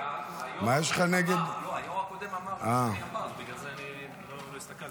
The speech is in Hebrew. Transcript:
היו"ר הקודם אמר שאני הבא, בגלל זה לא הסתכלתי.